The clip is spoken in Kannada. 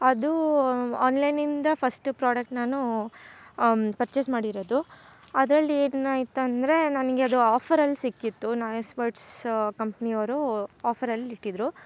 ಅದು ಆನ್ಲೈನಿಂದ ಫಸ್ಟ್ ಪ್ರಾಡೆಕ್ಟ್ ನಾನು ಪರ್ಚೆಸ್ ಮಾಡಿರೋದು ಅದರಲ್ಲಿ ಏನೈತಂದರೆ ನನಗೆ ಅದು ಆಫರಲ್ಲಿ ಸಿಕ್ಕಿತ್ತು ನೋಯ್ಸ್ ಬಡ್ಸ್ ಕಂಪ್ನಿಯವರು ಆಫರಲ್ಲಿ ಇಟ್ಟಿದ್ರು